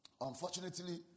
Unfortunately